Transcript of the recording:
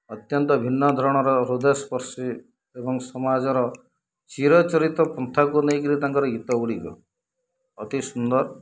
ଅତ୍ୟନ୍ତ ଭିନ୍ନ ଧରଣର ହୃଦୟସ୍ପର୍ଶୀ ଏବଂ ସମାଜର ଚିରଚରିତ ପନ୍ଥାକୁ ନେଇକରି ତାଙ୍କର ଗୀତଗୁଡ଼ିକ ଅତି ସୁନ୍ଦର